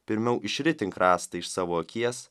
pirmiau išritink rąstą iš savo akies